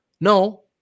no